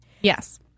Yes